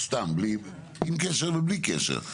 סתם, עם קשר ובלי קשר לעניין.